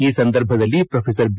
ಈ ಸಂದರ್ಭದಲ್ಲಿ professor B